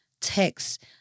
text